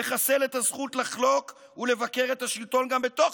יחסל את הזכות לחלוק ולבקר את השלטון גם בתוך